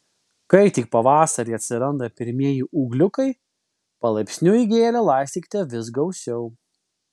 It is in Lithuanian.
kai tik pavasarį atsiranda pirmieji ūgliukai palaipsniui gėlę laistykite vis gausiau